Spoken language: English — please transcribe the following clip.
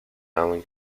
allen